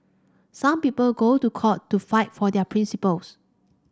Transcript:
some people go to court to fight for their principles